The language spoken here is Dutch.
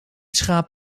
schaap